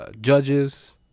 Judges